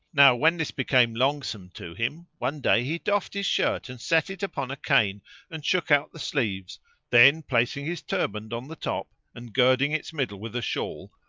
now when this became longsome to him, one day he doffed his shirt and set it upon a cane and shook out the sleeves then placing his turband on the top and girding its middle with a shawl,